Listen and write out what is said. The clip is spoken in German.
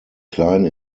kleinen